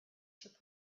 should